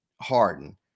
Harden